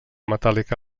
metàl·lica